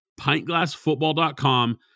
pintglassfootball.com